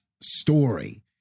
story